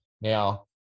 Now